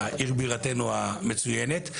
עיר בירתנו המצוינת.